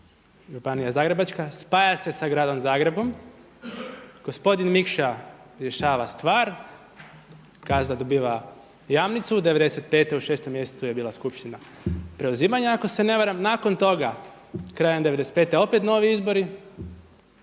županija zagrebačka, spaja se sa Gradom Zagrebom, gospodin MIkša rješava stvar, gazda dobiva Jamnicu '95. u 6. mjesecu je bila skupština preuzimanja ako se ne varam. Nakon toga krajem '95. opet novi izbori,